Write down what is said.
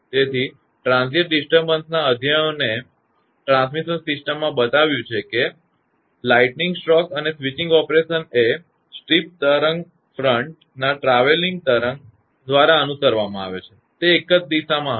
તેથી ટ્રાંઝિઇન્ટ ડિસ્ટ્રબન્સનાં અધ્યયનોએ ટ્રાન્સમિશન સિસ્ટમમાં બતાવ્યું છે કે લાઈટનિંગ સ્ટ્રોક અને સ્વિચિંગ ઓપરેશન એ સ્ટીપ તરંગ ફ્રન્ટનાં ટ્રાવેલીંગ તરંગ દ્વારા અનુસરવામાં આવે છે તે એકજ દિશામાં હશે